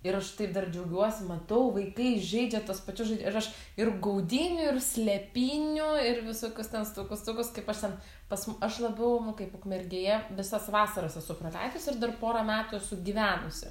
ir aš taip dar džiaugiuosi matau vaikai žaidžia tuos pačius žaidi ir aš ir gaudynių ir slėpynių ir visokius ten stukus stukus kaip aš ten pas m aš labiau kaip ukmergėje visas vasaras esu praleidusi ir dar porą metų esu gyvenusi